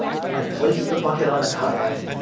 i placed the bucket on the kayak,